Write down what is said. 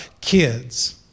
kids